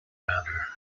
rounder